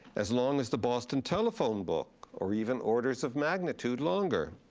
as long as the boston telephone book, or even orders of magnitude longer.